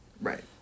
Right